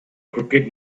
crooked